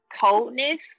coldness